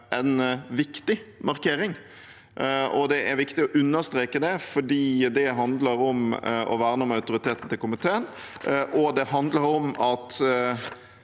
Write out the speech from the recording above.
en viktig markering, og det er viktig å understreke det, fordi det handler om å verne om autoriteten til komiteen, og det handler om at